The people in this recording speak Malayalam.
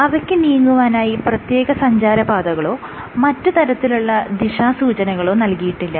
അവയ്ക്ക് നീങ്ങുവാനായ് പ്രത്യേക സഞ്ചാരപാതകളോ മറ്റ് തരത്തിലുള്ള ദിശാസൂചനകളോ നൽകിയിട്ടില്ല